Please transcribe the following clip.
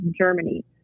Germany